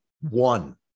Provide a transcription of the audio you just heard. one